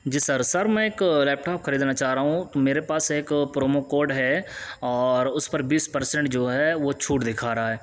جی sir sir میں ایک laptop خریدنا چاہ رہا ہوں تو میرے پاس ایک پرومو کوڈ ہے اور اس پر بیس پرسنٹ جو ہے وہ چھوٹ دکھا رہا ہے